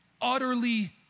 utterly